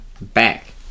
Back